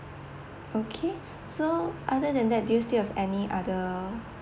okay so other than that do you still have any other